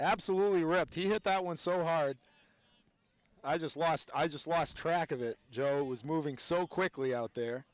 absolutely rep he hit that one so hard i just lost i just lost track of it just it was moving so quickly out there